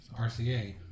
RCA